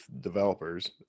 developers